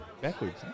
backwards